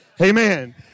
Amen